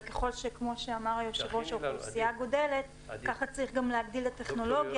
וככל שהאוכלוסייה גדלה ככה צריך להגדיל את הטכנולוגיה,